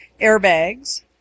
airbags